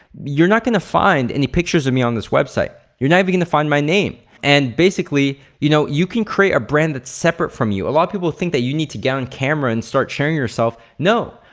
you're not gonna find any pictures of me on this website. you're not even gonna find my name, and basically you know you can create a brand that's separate from you. a lot people think that you need to get on camera and start sharing yourself. no.